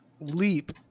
leap